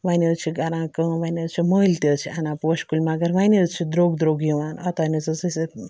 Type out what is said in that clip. وۄنۍ حظ چھِ کَران کٲم وۄنۍ حظ چھِ مٔلۍ تہِ حظ چھِ اَنان پوشہِ کُلۍ مگر وۄنۍ حظ چھِ درٛوٚگ درٛوٚگ یِوان اوٚتانۍ حظ ٲسۍ أسۍ